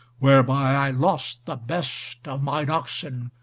whereby i lost the best of mine oxen,